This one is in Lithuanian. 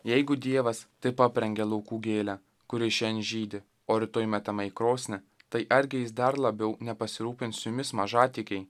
jeigu dievas taip aprengia laukų gėlę kuri šian žydi o rytoj metama į krosnį tai argi jis dar labiau nepasirūpins jumis mažatikiai